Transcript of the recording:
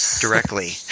directly